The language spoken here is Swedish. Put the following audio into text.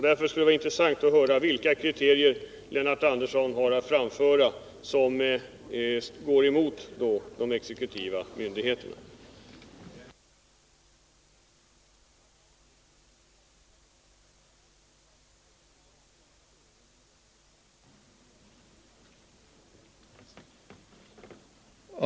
Därför skulle det vara intressant att hör vilka kriterier Lennart Andersson kan anföra mot de exekutiva myndigheternas uppfattning.